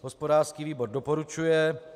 Hospodářský výbor doporučuje.